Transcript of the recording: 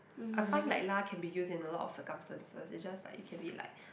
I find like lah can be use in a lot of circumstances is just like you can be like